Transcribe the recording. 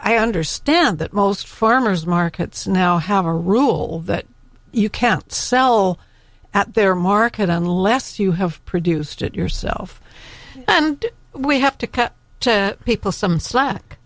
i understand that most farmers markets now have a rule that you can't sell at their market unless you have produced it yourself and we have to cut people some slack